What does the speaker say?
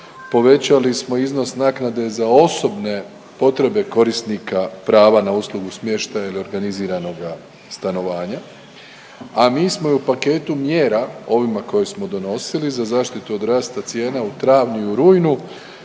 povećali smo iznos naknade za osobne potrebe korisnika prava na uslugu smještaja ili organiziranoga stanovanja, a mi smo i u paketu mjera ovima koje smo donosili za zaštitu od rasta cijena u travnju i u